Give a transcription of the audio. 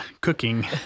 cooking